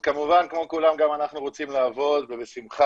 אז כמובן כמו כולם גם אנחנו רוצים לעבוד ובשמחה